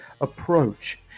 approach